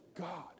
God